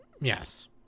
Yes